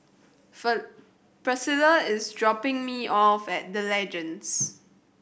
Priscilla is dropping me off at The Legends